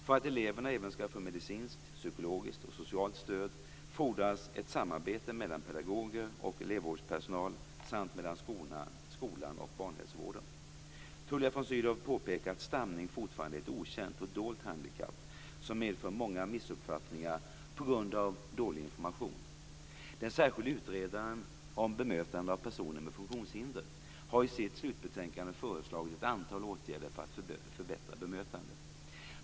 För att eleverna även skall få medicinskt, psykologiskt och socialt stöd fordras ett samarbete mellan pedagoger och elevvårdspersonal samt mellan skolan och barnhälsovården. Tullia von Sydow påpekar att stamning fortfarande är ett okänt och dolt handikapp som medför många missuppfattningar på grund av dålig information. Den särskilde utredaren om bemötande av personer med funktionshinder har i sitt slutbetänkande föreslagit ett antal åtgärder för att förbättra bemötandet.